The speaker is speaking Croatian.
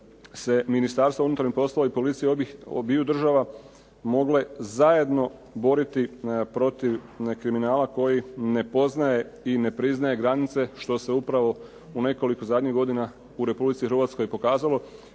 se Ministarstvo unutarnjih poslova i policija obiju država mogle zajedno boriti protiv kriminala koji ne poznaje i ne priznaje granice što se upravo u nekoliko zadnjih godina u Republici Hrvatskoj pokazalo.